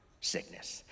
sickness